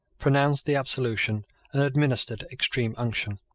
pronounced the absolution and administered extreme unction.